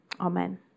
Amen